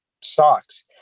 socks